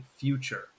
future